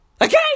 Okay